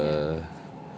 err